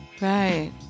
right